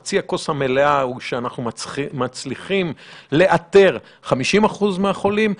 חצי הכוס המלאה היא שאנחנו מצליחים לאתר 50% מהחולים.